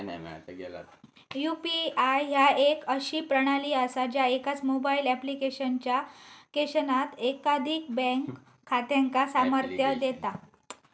UPI ह्या एक अशी प्रणाली असा ज्या एकाच मोबाईल ऍप्लिकेशनात एकाधिक बँक खात्यांका सामर्थ्य देता